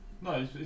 No